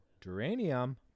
geranium